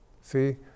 See